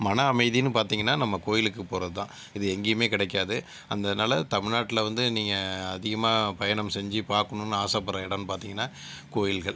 மன அமைதின்னு பார்த்தீங்கனா நம்ம கோயிலுக்கு போகிறதுதான் இது எங்கேயுமே கிடைக்காது அதனால தமிழ்நாட்டில வந்து நீங்கள் அதிகமாக பயணம் செஞ்சு பார்க்கணுன்னு ஆசைப்பட்ற இடம்னு பார்த்தீங்கனா கோயில்கள்